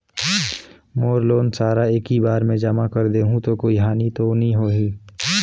मोर loan सारा एकी बार मे जमा कर देहु तो कोई हानि तो नी होही?